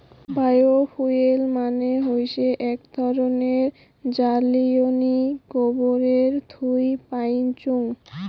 bio fuel মানে হৈসে আক ধরণের জ্বালানী গোবরের থুই পাইচুঙ